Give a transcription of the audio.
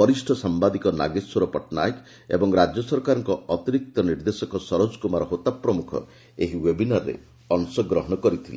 ବରିଷ୍ଣ ସାମ୍ଘାଦିକ ନାଗେଶ୍ୱର ପଟ୍ଟନାୟକ ଏବଂ ରାଜ୍ୟ ସରକାରଙ୍କ ଅତିରିକ୍ତ ନିର୍ଦ୍ଦେଶକ ସରୋଜ କୁମାର ହୋତା ପ୍ରମୁଖ ଏହି ଓ୍ନେବିନାରରେ ଅଂଶଗ୍ହଣ କରିଥିଲେ